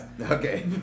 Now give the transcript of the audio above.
Okay